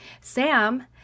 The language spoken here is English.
Sam